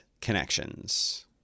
connections